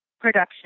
production